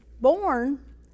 born